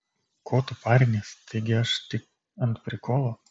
ko tu parinies taigi aš tik ant prikolo